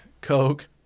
Coke